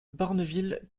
barneville